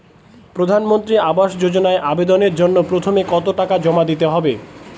প্রধানমন্ত্রী আবাস যোজনায় আবেদনের জন্য প্রথমে কত টাকা জমা দিতে হবে?